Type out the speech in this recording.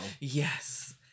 Yes